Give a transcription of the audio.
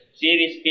series